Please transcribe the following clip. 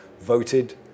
voted